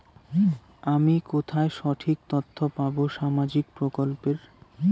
আমি কোথায় সঠিক তথ্য পাবো সামাজিক প্রকল্পের?